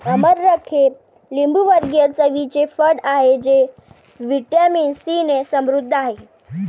अमरख हे लिंबूवर्गीय चवीचे फळ आहे जे व्हिटॅमिन सीने समृद्ध आहे